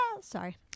Sorry